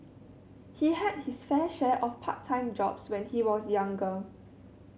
he had his fair share of part time jobs when he was younger